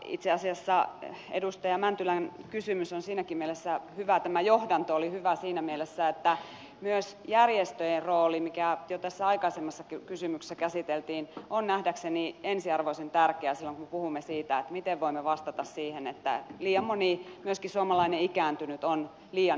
itse asiassa edustaja mäntylän kysymys tämä johdanto oli hyvä siinäkin mielessä että myös järjestöjen rooli jota jo aikaisemmassakin kysymyksessä käsiteltiin on nähdäkseni ensiarvoisen tärkeä silloin kun puhumme siitä miten voimme vastata siihen että liian moni myöskin suomalainen ikääntynyt on liian yksinäinen